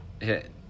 hit